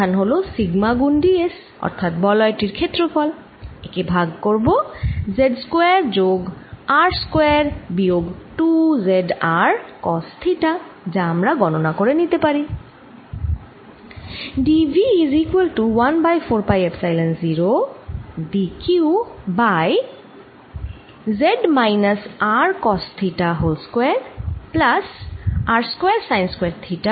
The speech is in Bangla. আধান হল সিগমা গুন d s অর্থাৎ বলয় টির ক্ষেত্রফল একে ভাগ করব z স্কয়ার যোগ R স্কয়ার বিয়োগ 2 z R কস থিটা যা আমরা গণনা করে নিতে পারি